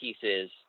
pieces